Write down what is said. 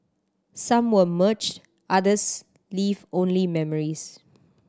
some were merged others leave only memories